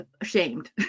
ashamed